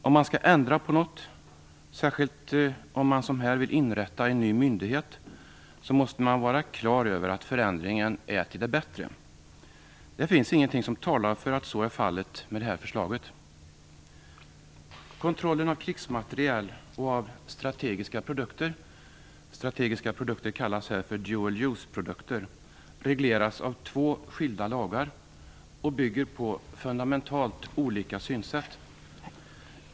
Om man skall ändra på något, särskilt om man som här vill inrätta en ny myndighet, måste man vara klar över att förändringen är till det bättre. Det finns ingenting som talar för att så är fallet med det här förslaget. Kontrollen av krigsmateriel och av strategiska produkter - de kallas här dual use-produkter - regleras av två skilda lagar och bygger på fundamentalt olika synsätt.